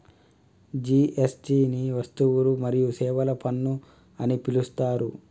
GST ని వస్తువులు మరియు సేవల పన్ను అని పిలుత్తారు